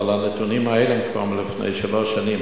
אבל הנתונים האלה הם כבר מלפני שלוש שנים.